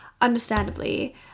understandably